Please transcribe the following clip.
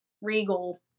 Regal